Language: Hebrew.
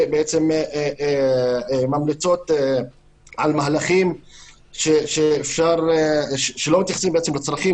שבעצם שם ממליצים על מהלכים שלא מתייחסים בעצם לצרכים